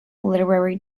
literary